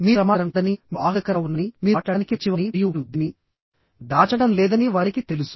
మీరు ప్రమాదకరం కాదని మీరు ఆహ్లాదకరంగా ఉన్నారని మీరు మాట్లాడటానికి మంచివారని మరియు మీరు దేనినీ దాచడం లేదని వారికి తెలుసు